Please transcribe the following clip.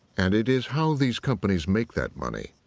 and it is how these companies make that money,